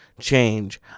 change